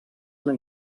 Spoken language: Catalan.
una